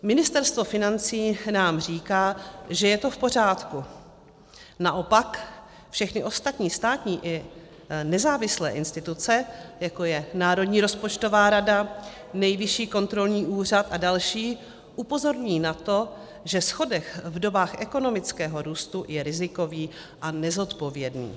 Ministerstvo financí nám říká, že je to v pořádku, naopak všechny ostatní státní i nezávislé instituce jako je Národní rozpočtová rada, Nejvyšší kontrolní úřad a další, upozorňují na to, že schodek v dobách ekonomického růstu je rizikový a nezodpovědný.